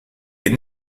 des